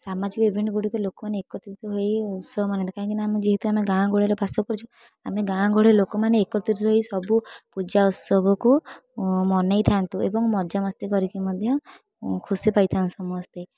ସାମାଜିକ ଇଭେଣ୍ଟଗୁଡ଼ିକ ଲୋକମାନେ ଏକତ୍ରିତ ହୋଇ ଉତ୍ସବ ମନାନ୍ତି କାହିଁକି ନା ଆମେ ଯେହେତୁ ଆମେ ଗାଁ ଗହଳିରେ ବାସ କରୁଛୁ ଆମେ ଗାଁ ଗହଳିର ଲୋକମାନେ ଏକତ୍ରିତ ହୋଇ ସବୁ ପୂଜା ଉତ୍ସବକୁ ମନେଇଥାନ୍ତୁ ଏବଂ ମଜାମସ୍ତି କରିକି ମଧ୍ୟ ଖୁସି ପାଇଥାନ୍ତି ସମସ୍ତେ